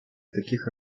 таких